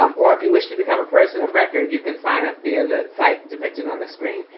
um or if you wish to become a person of record, you can sign up via the site depicted on the screen.